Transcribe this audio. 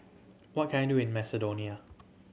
what can I do in Macedonia